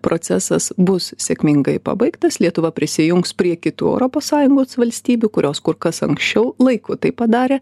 procesas bus sėkmingai pabaigtas lietuva prisijungs prie kitų europos sąjungos valstybių kurios kur kas anksčiau laiku tai padarė